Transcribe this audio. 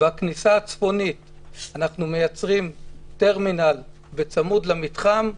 בכניסה הצפונית אנחנו מייצרים טרמינל צמוד למתחם,